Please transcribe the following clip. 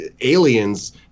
aliens